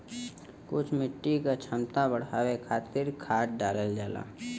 कुछ मिट्टी क क्षमता बढ़ावे खातिर खाद डालल जाला